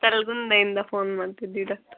ತಲ್ಗುಂದ ಇಂದ ಫೋನ್ ಮಾಡ್ತಿದ್ದೀವಿ ಡಾಕ್ಟರ್